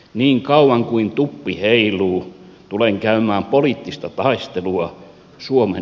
niin kauan kuin tuppi heiluu tulen käymään poliittista taistelua suomi